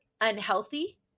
unhealthy